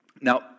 Now